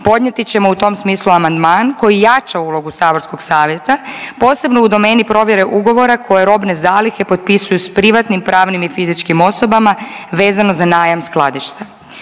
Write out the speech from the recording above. Podnijeti ćemo u tom smislu amandman koji jača ulogu saborskog savjeta posebno u domeni provjere ugovora koje robe zalihe potpisuju s privatnim pravnim i fizičkim osobama vezano za najam skladišta.